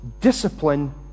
discipline